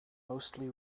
mostly